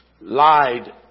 lied